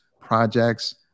projects